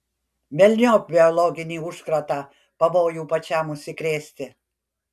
velniop biologinį užkratą pavojų pačiam užsikrėsti